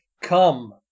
come